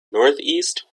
northeast